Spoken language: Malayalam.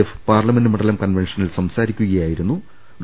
എഫ് പാർലമെന്റ് മണ്ഡലം കൺവെൻഷനിൽ സംസാരിക്കുക യായിരുന്നു ഡോ